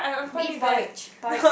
we eat porridge porridge